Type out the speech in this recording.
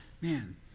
man